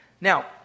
Now